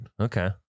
Okay